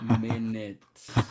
minutes